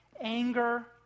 anger